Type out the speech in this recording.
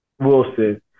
Wilson